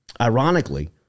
Ironically